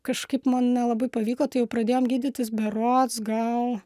kažkaip man nelabai pavyko tai jau pradėjom gydytis berods gal